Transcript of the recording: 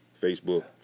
Facebook